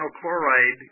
chloride